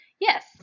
yes